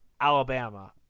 Alabama